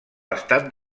estat